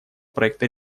проекта